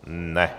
Ne.